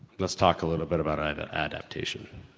let's talk a little bit about ada, adaptation.